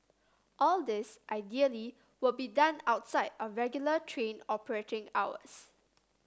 all this ideally would be done outside of regular train operating hours